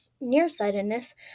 nearsightedness